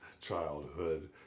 childhood